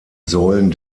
säulen